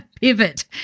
pivot